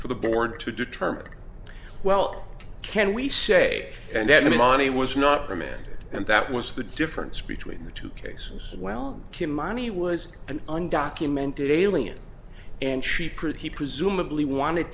for the board to determine well can we say and that money was not remanded and that was the difference between the two cases well kim money was an undocumented alien and she pretty presumably wanted